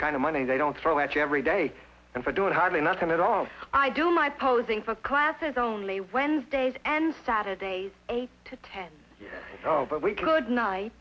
kind of money they don't throw at you every day and for doing hardly nothing at all i do my posing for classes only wednesdays and saturdays eight to ten oh but we could night